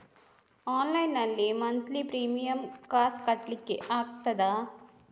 Online ನಲ್ಲಿ monthly premier ಕಾಸ್ ಕಟ್ಲಿಕ್ಕೆ ಆಗ್ತದಾ?